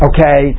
Okay